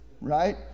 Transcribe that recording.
Right